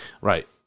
Right